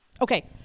Okay